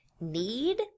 need